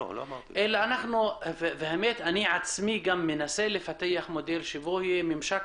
אני עצמי מנסה לפתח מודל בו יהיה ממשק